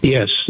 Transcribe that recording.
Yes